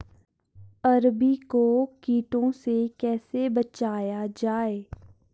अरबी को कीटों से कैसे बचाया जाए?